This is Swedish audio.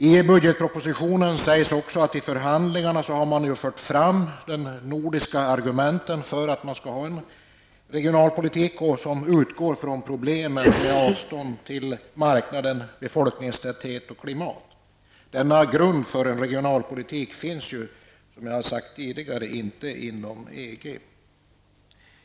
I budgetpropositionen sägs att man i förhandlingarna med EG från nordisk sida har fört fram Nordens argument för regionalpolitiska satsningar, som utgår från problem med avstånd till marknaden, befolkningstäthet, klimat m.m. Denna grund för regionalpolitik finns inte, som jag tidigare framhållit, inom EG.